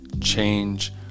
change